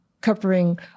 covering